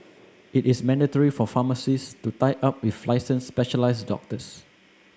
it is mandatory for pharmacies to tie up with licensed specialised doctors